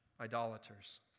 idolaters